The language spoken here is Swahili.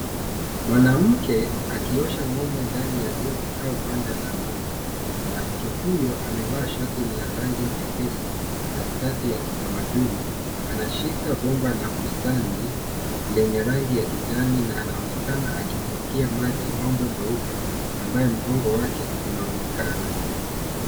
Mwanamke akiosha ng'ombe ndani ya zizi au banda la ng'ombe, mwanamke huyo amevaa shati la rangi nyepesi, na shati ya kitamaduni, anashika bomba la bustani, lenye rangi ya kijani na anaonekana akimmwagia maji ng'ombe mweupe ambaye mgongo wake unaonekana.